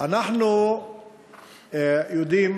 אנחנו יודעים